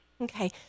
Okay